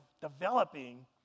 developing